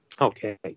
Okay